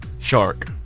shark